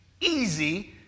Easy